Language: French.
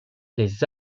les